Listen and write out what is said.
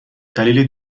دلیل